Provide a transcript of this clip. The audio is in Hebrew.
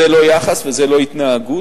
זה לא יחס וזה לא התנהגות,